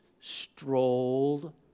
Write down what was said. strolled